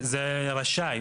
כן, רשאי.